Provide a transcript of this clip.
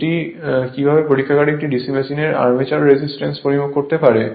এটি কিভাবে পরীক্ষাগারে একটি DC মেশিনের আর্মেচার রেজিস্ট্যান্সের পরিমাপ করতে পারে